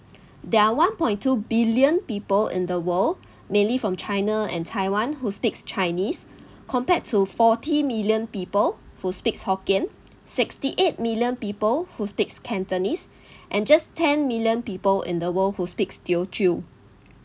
there are one point two billion people in the world mainly from china and taiwan who speak chinese compared to forty million people who speak hokkien sixty eight million people who speak cantonese and just ten million people in the world who speak teochew